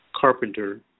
carpenter